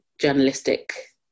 journalistic